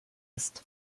ist